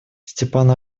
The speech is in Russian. степан